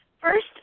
First